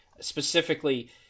Specifically